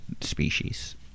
species